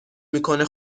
میکنه